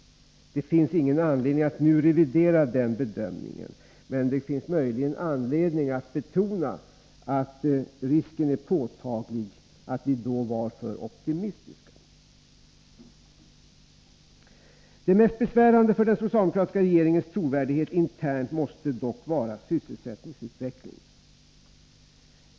Det finns ingen anledning att nu revidera den bedömningen, men det finns möjligen anledning att betona att risken är påtaglig att vi då var för optimistiska. Det mest besvärande för den socialdemokratiska regeringens trovärdighet internt måste dock vara sysselsättningsutvecklingen.